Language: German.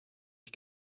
ich